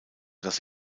das